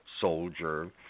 soldier